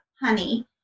Honey